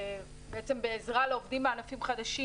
בעזרה לעובדים בענפים חדשים,